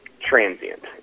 transient